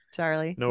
Charlie